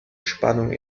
spannung